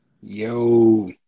yo